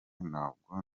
ntabwo